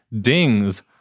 dings